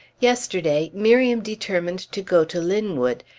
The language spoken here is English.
yesterday miriam determined to go to linwood,